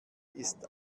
ist